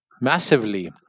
massively